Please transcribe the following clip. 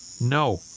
No